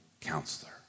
counselor